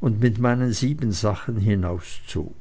und mit meinen siebensachen hinauszog